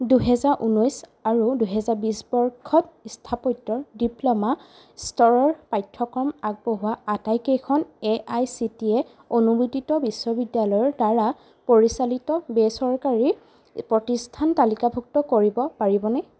দুহেজাৰ ঊনৈছ আৰু দুহেজাৰ বিছ বৰ্ষত স্থাপত্যৰ ডিপ্ল'মা স্তৰৰ পাঠ্যক্ৰম আগবঢ়োৱা আটাইকেইখন এ আই চি টি ৰ অনুমোদিত বিশ্ববিদ্যালয়ৰদ্বাৰা পৰিচালিত বেচৰকাৰী প্ৰতিষ্ঠান তালিকাভুক্ত কৰিব পাৰিবনে